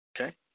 Okay